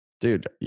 Dude